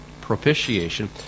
Propitiation